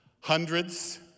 Hundreds